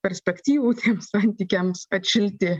perspektyvų santykiams atšilti